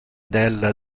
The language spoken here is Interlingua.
del